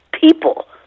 people